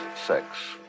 sex